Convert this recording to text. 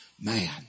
man